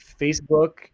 Facebook